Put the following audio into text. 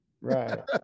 right